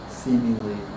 seemingly